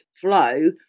flow